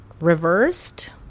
reversed